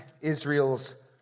Israel's